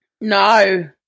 No